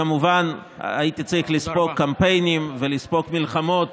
כמובן, הייתי צריך לספוג קמפיינים ומלחמות